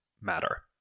matter